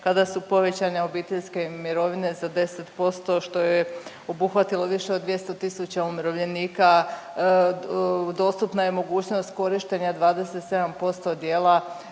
kada su povećane obiteljske mirovine za 10%, što je obuhvatilo više od 200 tisuća umirovljenika, dostupna je mogućnost korištenja 27% dijela